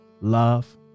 love